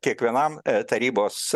kiekvienam tarybos